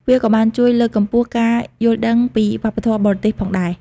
វាក៏បានជួយលើកកម្ពស់ការយល់ដឹងពីវប្បធម៌បរទេសផងដែរ។